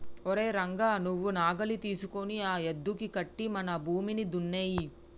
ఓరై రంగ నువ్వు నాగలి తీసుకొని ఆ యద్దుకి కట్టి మన భూమిని దున్నేయి